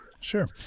Sure